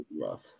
Rough